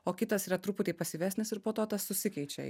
o kitas yra truputį pasyvesnis ir po to tas susikeičia